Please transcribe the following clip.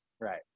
Right